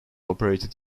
operated